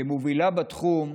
כמובילה בתחום,